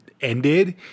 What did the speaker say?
ended